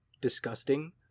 disgusting